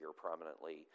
prominently